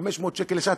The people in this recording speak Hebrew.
500 שקל לשעה,